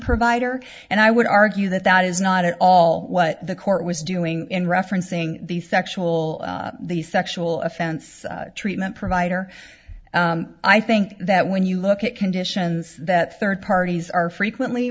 provider and i would argue that that is not at all what the court was doing in referencing the sexual the sexual offense treatment provider i think that when you look at conditions that third parties are frequently